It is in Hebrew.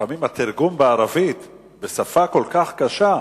לפעמים התרגום בערבית הוא בשפה כל כך קשה,